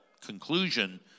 conclusion